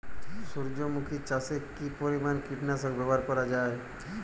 সূর্যমুখি চাষে কি পরিমান কীটনাশক ব্যবহার করা যায়?